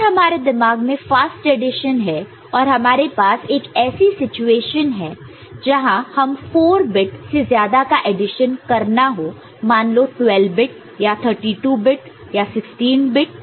अगर हमारे दिमाग में फास्ट एडिशन है और हमारे पास एक ऐसी सिचुएशन है जहां हमें 4 बिट से ज्यादा का एडिशन करना हो मान लो 12 बिट या 32 बिट या 16 बिट